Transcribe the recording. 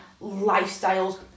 lifestyles